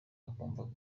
akumva